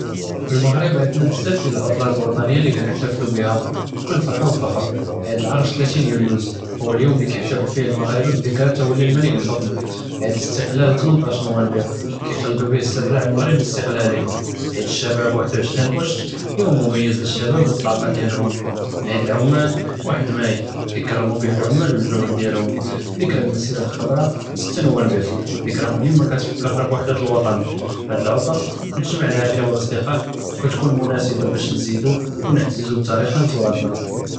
פי אלמגרב ענדנא בזאף דיאל אלעטלאת אלוטניה אללי כנתח'פלו ביהא، בכל פרחה ו פכר، האד אלערש תלאתין יוליוז، הו אליום אללי כיחתאפל פיה אלמגריבה בדכרי תולי אלמלכ אלחכמ، האד אלסתקלאל תמנטאש נובמבר، כיכלדו ביה אסתרג'אע אלמגרב לאסתקלאלה, עיד אלשבאב ואחד ו עשרין ע'ושת, יום מומיז ללשבאב ו א־לטאקה דיאלהם, עיד אלאעמאל ואחד מאי, כיקרמו ביה אלאעמאל ו אלג'הוד דיאלהם, דכרי אלמסירה אלח'דרא סתה נובמבר, דכרי מוהימה כיתפכּרנא בוהדת אלוטן, האד אלעטל כתג'מע אלעאילה ו אלאצדקא, ו כתכון מונאסבה באש נזידו ו נעְתזו בתאריכנא ו תראת'נא.